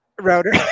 router